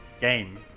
game